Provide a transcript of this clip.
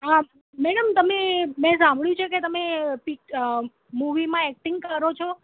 હા મેડમ તમે મેં સાંભળ્યું છે કે તમે પિક્ મૂવીમાં એકટિંગ કરો છો